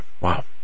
wow